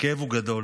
והכאב הוא גדול.